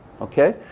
Okay